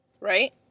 right